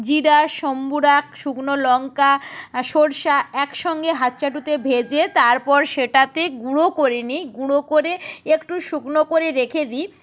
জিরা সম্বুরাক শুকনো লঙ্কা সর্ষে একসঙ্গে হাত চাটুতে ভেজে তারপর সেটাকে গুঁড়ো করে নিই গুঁড়ো করে একটু শুকনো করে রেখে দিই